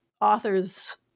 authors